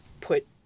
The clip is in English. put